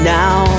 now